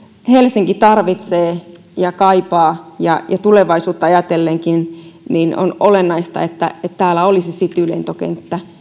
helsinki tarvitsee ja kaipaa ja ja tulevaisuutta ajatellenkin on olennaista että täällä olisi citylentokenttä